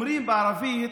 אומרים בערבית: